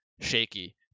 shaky